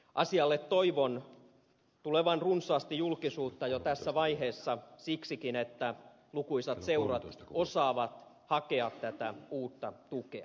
asialle toivon tulevan runsaasti julkisuutta jo tässä vaiheessa siksikin että lukuisat seurat osaavat hakea tätä uutta tukea